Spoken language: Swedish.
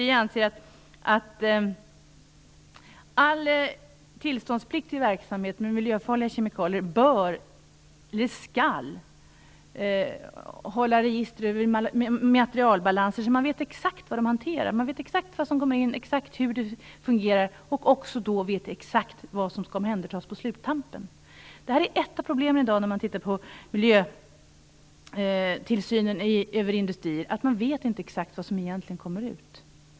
Vi anser att i all tillståndspliktig verksamhet med miljöfarliga kemikalier skall det hållas register över materialbalanser; detta för att exakt veta vad som hanteras - exakt vad som kommer in, exakt hur det fungerar och exakt vad som skall omhändertas på sluttampen. Ett av problemen i dag när det gäller miljötillsynen över industrin är att man inte exakt vet vad som kommer ut.